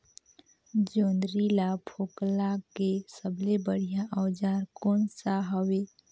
जोंदरी ला फोकला के सबले बढ़िया औजार कोन सा हवे?